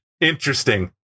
Interesting